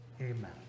amen